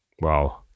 wow